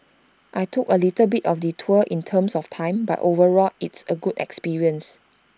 I took A little bit of detour in terms of time but overall it's A good experience